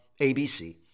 ABC